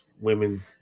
women